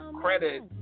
credit